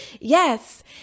Yes